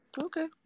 Okay